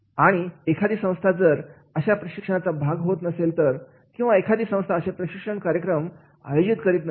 आणि एखादी संस्था जर अशा प्रशिक्षणाचा भाग होत नसेल तर किंवा एखादी संस्था असे प्रशिक्षण कार्यक्रम आयोजित करीत नसेल